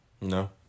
No